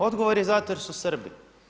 Odgovor je zato jer su Srbi.